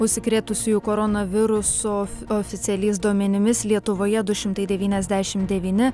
užsikrėtusiųjų koronaviruso oficialiais duomenimis lietuvoje du šimtai devyniasdešimt devyni